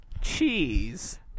cheese